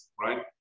right